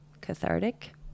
cathartic